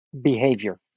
behavior